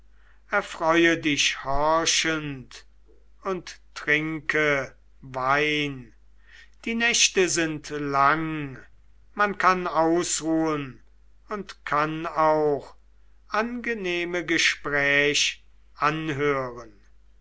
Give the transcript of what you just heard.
erfreue dich horchend und trinke wein die nächte sind lang man kann ausruhen und kann auch angenehme gespräch anhören